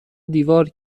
دیوار